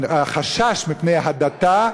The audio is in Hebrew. החשש מפני הדתה,